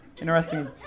Interesting